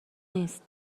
نیست